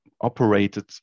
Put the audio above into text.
operated